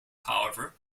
however